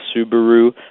Subaru